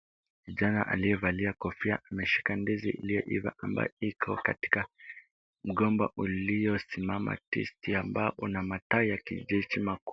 Msichana aliyevalia kofia ameshika ndizi iliyoiva ambayo iko katika mgomba uliosimama tisti ambao kuna matawi ya kijiji makuu.